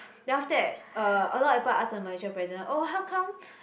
then after that uh a lot of people ask the Malaysian president oh how come